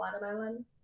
watermelon